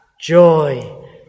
joy